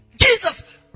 Jesus